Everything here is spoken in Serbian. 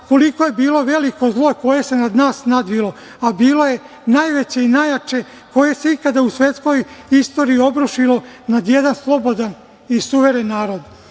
koliko je bilo veliko zlo koje se nad nas nadvilo, a bilo je najveće i najjače koje se ikada u svetskoj istoriji obrušilo nad jedan slobodan i suveren narod. Jako